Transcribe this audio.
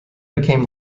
became